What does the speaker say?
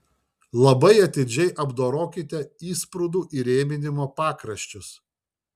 labai atidžiai apdorokite įsprūdų įrėminimo pakraščius